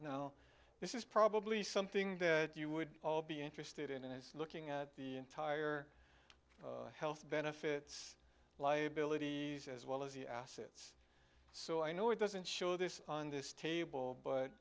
now this is probably something that you would all be interested in and looking at the entire health benefits liabilities as well as the assets so i know it doesn't show this on this table but